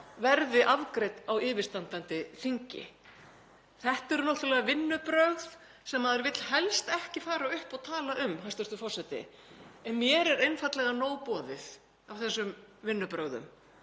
verði afgreidd á yfirstandandi þingi. Þetta eru náttúrlega vinnubrögð sem maður vill helst ekki fara upp og tala um, hæstv. forseti. En mér er einfaldlega nóg boðið af þessum vinnubrögðum.